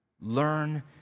Learn